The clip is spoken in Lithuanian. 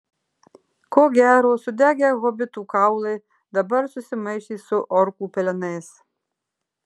ko gero sudegę hobitų kaulai dabar susimaišė su orkų pelenais